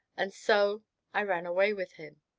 and so i ran away with him.